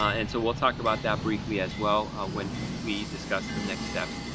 and so we'll talk about that briefly as well when we discuss the next steps.